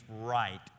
right